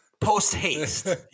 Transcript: post-haste